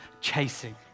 chasing